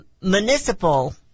municipal